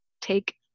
take